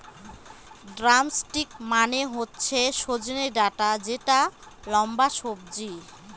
drumstick মানে হচ্ছে সজনে ডাটা যেটা লম্বা সবজি